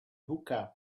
hookah